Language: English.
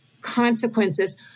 consequences